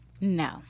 No